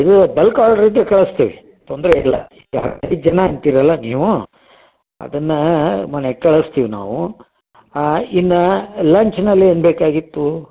ಇದು bulk order ಇದ್ದರೆ ಕಳಿಸ್ತೀವಿ ತೊಂದರೆ ಇಲ್ಲ ಜನ ಇದ್ದೀರಲ್ಲ ನೀವು ಅದನ್ನು ಮನೆಗೆ ಕಳಸ್ತೀವಿ ನಾವು ಹಾಂ ಇನ್ನು ಲಂಚ್ನಲ್ಲಿ ಏನು ಬೇಕಾಗಿತ್ತು